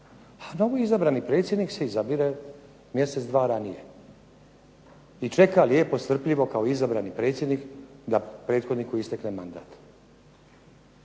A novo izabrani predsjednik se izabire mjesec, dva ranije i čeka lijepo strpljivo kao izabrani predsjednik da prethodniku istekne mandat.